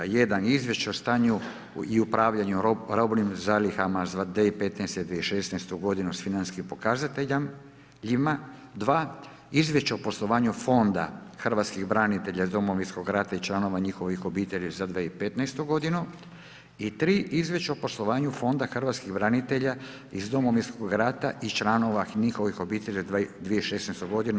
1. Izvješće o stanju i upravljanju robnim zalihama za 2015. i 16. godinu s financijskim pokazateljima 1. Izvješće o poslovanju Fonda hrvatskih branitelja iz Domovinskog rata i članova njihovih obitelji za 2015. godinu i 1. Izvješće o poslovanju Fonda hrvatskih branitelja iz Domovinskog rata i članova njihovih obitelji za 2016. godinu.